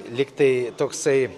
lyg tai toksai